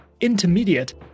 intermediate